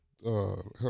Help